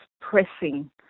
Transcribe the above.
pressing